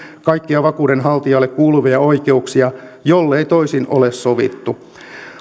kaikkia vakuudenhaltijalle kuuluvia oikeuksia jollei toisin ole sovittu